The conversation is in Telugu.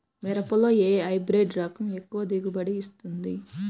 మిరపలో ఏ హైబ్రిడ్ రకం ఎక్కువ దిగుబడిని ఇస్తుంది?